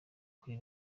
kuri